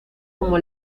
como